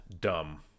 dumb